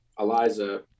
Eliza